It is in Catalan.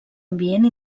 ambient